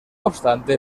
obstante